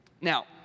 Now